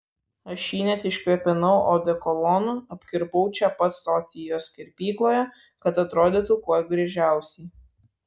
aš jį net iškvėpinau odekolonu apkirpau čia pat stoties kirpykloje kad atrodytų kuo gražiausiai